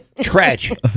tragic